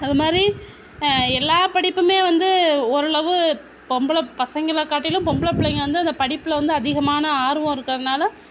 அது மாதிரி எல்லா படிப்புமே வந்து ஓரளவு பொம்பளை பசங்களை காட்டிலும் பொம்பளை பிள்ளைங்கள் வந்து இந்த படிப்பில் வந்து அதிகமான ஆர்வம் இருக்கிறனால